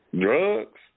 Drugs